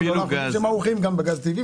רואים שהם ערוכים בגז טבעי,